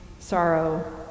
sorrow